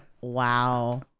wow